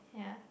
ya